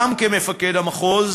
גם כמפקד המחוז,